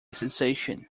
sensation